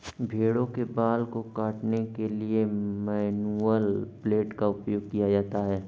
भेड़ों के बाल को काटने के लिए मैनुअल ब्लेड का उपयोग किया जाता है